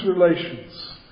relations